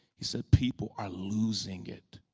he said, people are losing it.